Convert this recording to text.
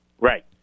right